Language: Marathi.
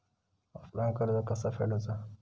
ऑफलाईन कर्ज कसा फेडूचा?